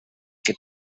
que